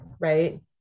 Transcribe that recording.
right